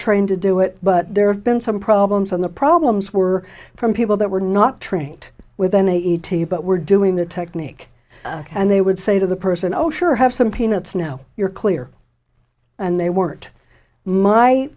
trained to do it but there have been some problems on the problems were from people that were not trained with an eighty but were doing the technique and they would say to the person oh sure have some peanuts now you're clear and they weren't my